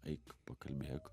eik pakalbėk